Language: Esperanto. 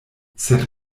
sed